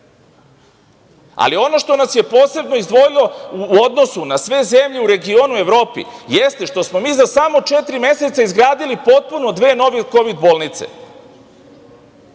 ono što nas je posebno izdvojilo u odnosu na sve zemlje u regionu u Evropi, jeste što smo mi za samo četiri meseca izgradili potpuno dve nove kovid bolnice. Hoću